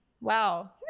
wow